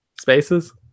Spaces